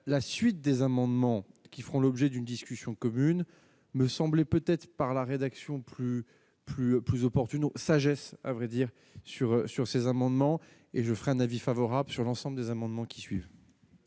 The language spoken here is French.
la suite des amendements qui feront l'objet d'une discussion commune me semblait peut-être par la rédaction plus plus plus opportune sagesse à vrai dire, sur sur ces amendements et je ferai un avis favorable sur l'ensemble des amendements qui suivent.